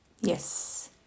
Yes